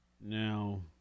Now